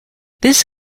this